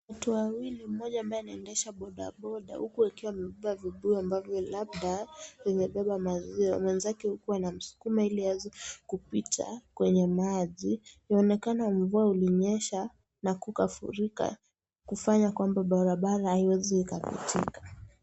Watu wawili mmoja ambaye anaendesha bodaboda huku akiwa amebeba vibuyu ambavyo labda vimebeba maziwa mwenzake huku anamskuma iliaweze kupita kwenye maji inaonekana mvua ilinyesha na kukafurika kufanya kwamba barabara haiwezi ikapitika.